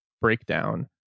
breakdown